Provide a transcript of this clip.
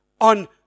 on